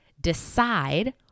decide